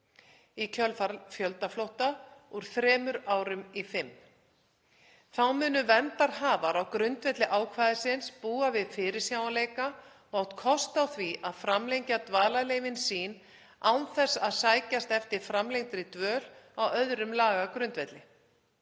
í kjölfar fjöldaflótta úr þremur árum i fimm. Þá munu verndarhafar á grundvelli ákvæðisins búa við fyrirsjáanleika og átt kost á því að framlengja dvalarleyfin sín án þess að sækjast eftir framlengdri dvöl á öðrum lagagrundvelli.